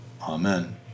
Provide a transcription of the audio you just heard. Amen